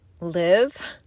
live